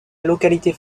localité